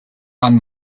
and